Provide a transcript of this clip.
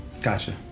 Gotcha